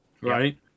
Right